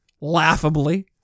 laughably